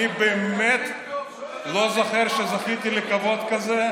אני באמת לא זוכר שזכיתי לכבוד כזה,